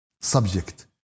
subject